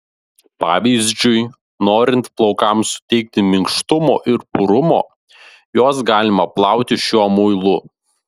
pavyzdžiui norint plaukams suteikti minkštumo ir purumo juos galima plauti šiuo muilu